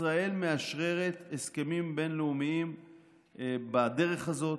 ישראל מאשררת הסכמים בין-לאומיים בדרך הזאת.